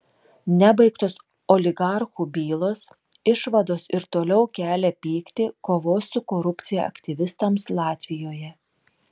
nebaigtos oligarchų bylos išvados ir toliau kelia pyktį kovos su korupcija aktyvistams latvijoje